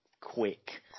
quick